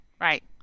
right